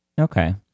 Okay